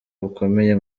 bukomeye